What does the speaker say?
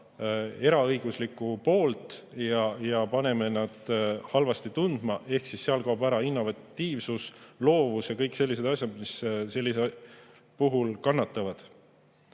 eraõiguslikku poolt ja paneme nad end halvasti tundma. Nii kaob ära innovatiivsus, loovus – kõik sellised asjad sellisel puhul kannatavad.